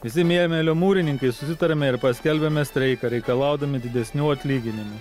visi mėmelio mūrininkai susitarėme ir paskelbėme streiką reikalaudami didesnių atlyginimų